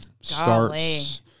starts